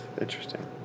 interesting